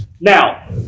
Now